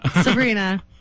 Sabrina